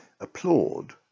applaud